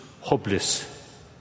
hopeless